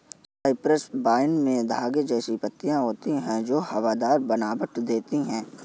Cyprus vine में धागे जैसी पत्तियां होती हैं जो हवादार बनावट देती हैं